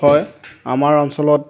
হয় আমাৰ অঞ্চলত